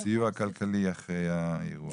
על סיוע כלכלי אחרי האירוע.